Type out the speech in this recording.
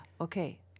okay